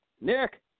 Nick